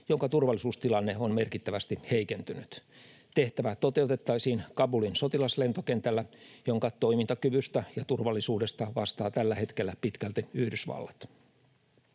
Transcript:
jonka turvallisuustilanne on merkittävästi heikentynyt. Tehtävä toteutettaisiin Kabulin sotilaslentokentällä, jonka toimintakyvystä ja turvallisuudesta vastaa tällä hetkellä pitkälti Yhdysvallat.